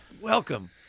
Welcome